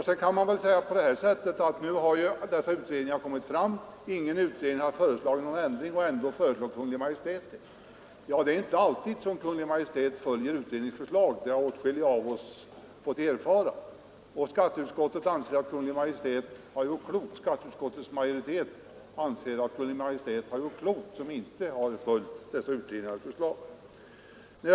Sedan kan man säga att nu har dessa utredningar lagt fram sina förslag, ingen utredning har föreslagit någon ändring och ändå föreslår Kungl. Maj:t en sådan. Ja, det är inte alltid som Kungl. Maj:t följer utredningsförslag — det har åtskilliga av oss fått erfara. Och skatteutskottets majoritet anser att Kungl. Maj:t har gjort klokt som i detta fall inte följt utredningarnas förslag.